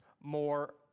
more